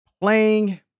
Playing